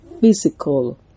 physical